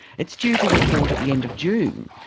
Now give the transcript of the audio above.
it's due to report at the end of june.